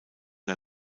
der